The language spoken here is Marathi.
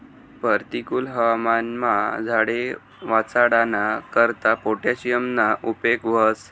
परतिकुल हवामानमा झाडे वाचाडाना करता पोटॅशियमना उपेग व्हस